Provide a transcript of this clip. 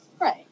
right